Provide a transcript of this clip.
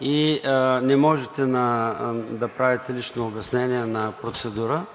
и не можете да правите лични обяснения на процедура.